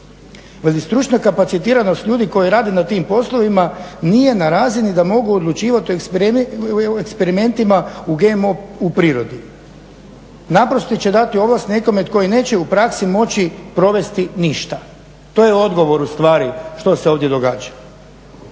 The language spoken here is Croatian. razumije./… kapacitiranost ljudi koji rade na tim poslovima nije na razini da mogu odlučivati o eksperimentima u GMO u prirodi. Naprosto će dati ovlast nekome tko i neće u praksi moći provesti ništa, to je odgovor u stvari što se ovdje događa.